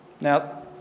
Now